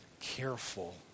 careful